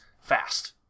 fast